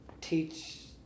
teach